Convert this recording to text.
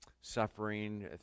suffering